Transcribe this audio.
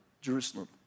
Jerusalem